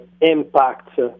impact